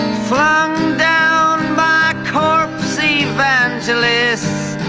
flung down by corpse evangelists,